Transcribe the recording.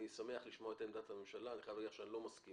אני שמח לשמוע את עמדת הממשלה ואני חייב להגיד לך שאני לא מסכים.